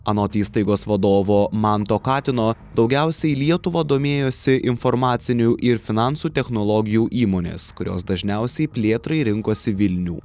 anot įstaigos vadovo manto katino daugiausiai lietuva domėjosi informacinių ir finansų technologijų įmonės kurios dažniausiai plėtrai rinkosi vilnių